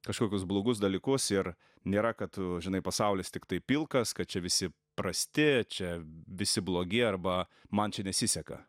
kažkokius blogus dalykus ir nėra kad tu žinai pasaulis tiktai pilkas kad čia visi prasti čia visi blogi arba man čia nesiseka